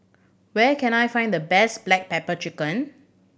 where can I find the best black pepper chicken